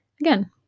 Again